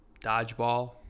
Dodgeball